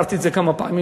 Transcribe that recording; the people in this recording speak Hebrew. אמרתי את זה כמה פעמים,